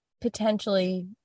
potentially